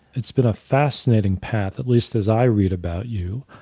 it's been a fascinating path, at least as i read about you.